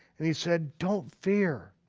and he said don't fear,